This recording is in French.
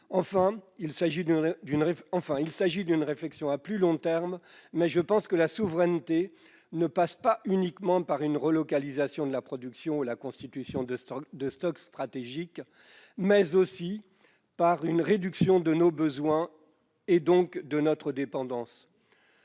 Enfin, je pense que, à plus long terme, la souveraineté ne passe pas uniquement par une relocalisation de la production ou la constitution de stocks stratégiques : elle passe aussi par une réduction de nos besoins, donc de notre dépendance.